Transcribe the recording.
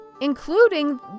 including